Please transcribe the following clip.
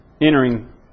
entering